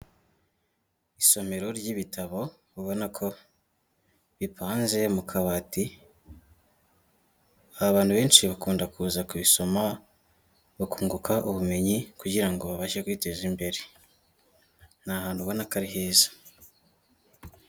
Isomero ry'ibitabo, ubona ko bipanze mu kabati, abantu benshi bakunda kuza kubisoma, bakunguka ubumenyi, kugira ngo babashe kwiteza imbere, ni ahantu ubona ko ari heza.